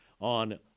on